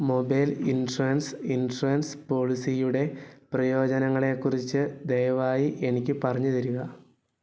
mobile insurance insurance പോളിസിയുടെ പ്രയോജനങ്ങളെക്കുറിച്ച് ദയവായി എനിക്ക് പറഞ്ഞുതരിക